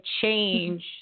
change